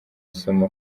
asoma